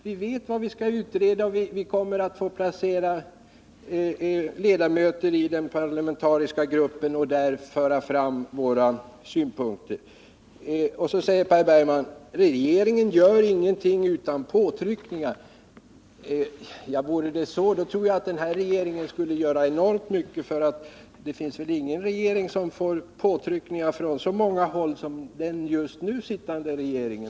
Vi vet vad vi skall utreda, och vi kommer att få placera ledamöter i den parlamentariska gruppen, där de kan föra fram våra synpunkter. Så säger Per Bergman: Regeringen gör ingenting utan påtryckningar. Vore det så, tror jag att den här regeringen skulle göra enormt mycket, för det är väl ialla fall ingen regering som får påtryckningar från så många håll som den just nu sittande regeringen.